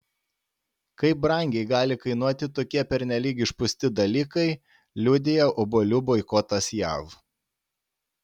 kaip brangiai gali kainuoti tokie pernelyg išpūsti dalykai liudija obuolių boikotas jav